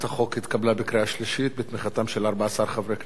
חוק פיקוח אלקטרוני על משוחררים בערובה ומשוחררים